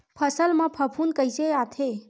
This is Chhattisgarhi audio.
फसल मा फफूंद कइसे आथे?